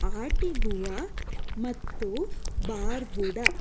Antigua ಮತ್ತು Barbuda